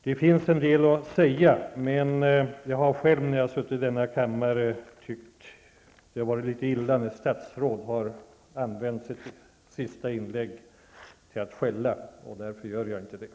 Det finns en del att säga, men eftersom jag själv, när jag har suttit i denna kammare, har tyckt att det har varit illa när statsråd har använt sitt sista inlägg till att skälla så säger jag inte mer.